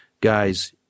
guys